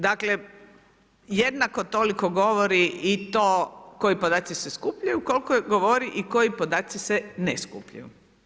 Dakle, jedna toliko govori i to koji podaci se skupljaju koliko govori i koji podaci se ne skupljaju.